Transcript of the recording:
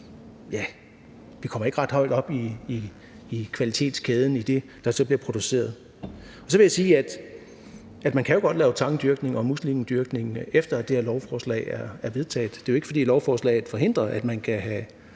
Ja, vi kommer ikke ret højt op i kvalitetskæden i det, der så bliver produceret. Så vil jeg sige, at man jo godt kan lave tangdyrkning og muslingedyrkning, efter det her lovforslag er vedtaget. Det er jo ikke, fordi lovforslaget forhindrer, at man kan have